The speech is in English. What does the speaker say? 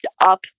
up